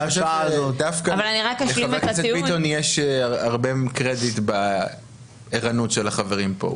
דווקא לחבר הכנסת ביטון יש הרבה קרדיט בערנות של החברים פה.